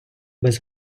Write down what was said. без